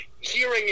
Hearing